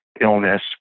illness